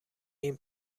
این